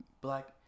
black